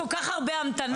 יש כל כך הרבה המתנה.